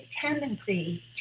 tendency